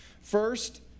First